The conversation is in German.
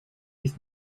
ist